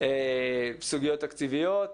סוגיות תקציביות,